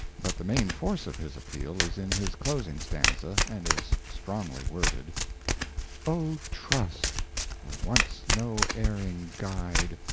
but the main force of his appeal is in his closing stanza, and is strongly worded o trust for once no erring guide!